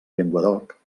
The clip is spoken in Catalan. llenguadoc